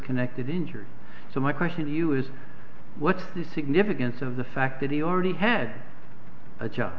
connected injury so my question to you is what's the significance of the fact that he already had a job